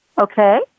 Okay